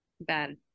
bad